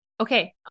Okay